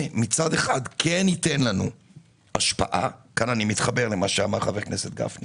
שמצד אחד כן ייתן לנו השפעה כאן אני מתחבר אל מה שאמר חבר הכנסת גפני